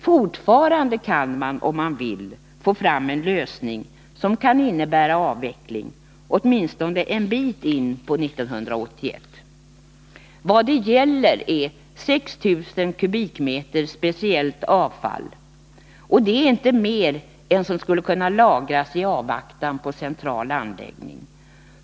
Fortfarande kan man, om man så vill, få fram en lösning som kan innebära avveckling, åtminstone en bit in på 1981. Vad det gäller är 6 000 kubikmeter speciellt avfall. Detta är inte mer än som skulle kunna lagras i avvaktan på en central anläggning.